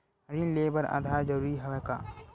ऋण ले बर आधार जरूरी हवय का?